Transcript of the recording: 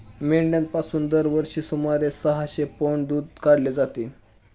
मेंढ्यांपासून दरवर्षी सुमारे सहाशे पौंड दूध काढले जाते